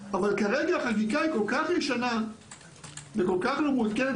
אבל כרגע החקיקה היא כל כך ישנה וכל כך לא מעודכנת